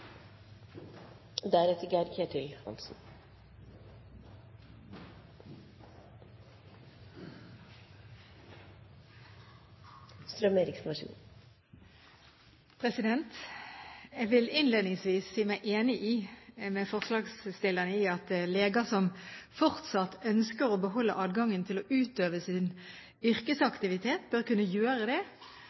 Jeg vil innledningsvis si meg enig med forslagsstillerne i at leger som fortsatt ønsker å beholde adgangen til å utøve sitt yrke, bør kunne gjøre det,